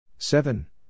Seven